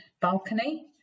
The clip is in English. balcony